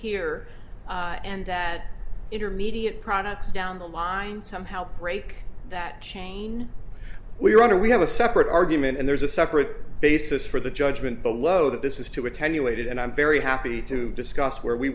here and that intermediate products down the line somehow break that chain we want to we have a separate argument and there's a separate basis for the judgment below that this is too attenuated and i'm very happy to discuss where we